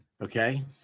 Okay